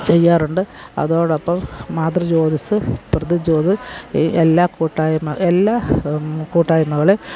ചെയ്യാറുണ്ട് അതോടൊപ്പം മാതൃ ജ്യോതിസ് ഈ എല്ലാ കൂട്ടായ്മ എല്ലാ കൂട്ടായ്മകള്